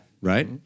right